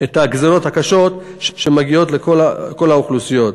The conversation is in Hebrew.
את הגזירות הקשות שמגיעות לכל האוכלוסיות.